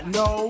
no